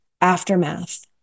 aftermath